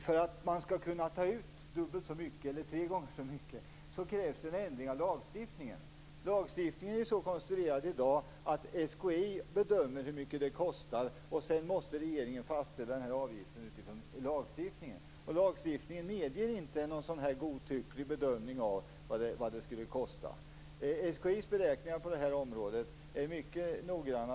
För att man skall kunna ta ut dubbelt så mycket eller tre gånger så mycket, Eva Goës, krävs en ändring av lagstiftningen. Lagstiftningen är i dag så konstruerad att SKI bedömer hur mycket det kostar. Sedan måste regeringen fastställa den här avgiften utifrån lagstiftningen, och lagstiftningen medger inte en sådan här godtycklig bedömning av vad det skulle kosta. Jag vill påstå att SKI:s beräkningar på det här området är mycket noggranna.